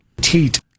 Teat